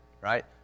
right